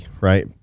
right